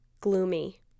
gloomy